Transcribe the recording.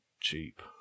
cheap